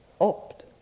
opt